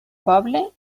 poble